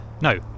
no